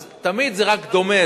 אז תמיד זה רק דומה,